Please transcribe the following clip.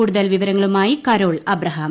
കൂടുതൽ വിവരങ്ങളുമായി കരോൾ അബ്രഹാം